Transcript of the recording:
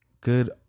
good